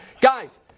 Guys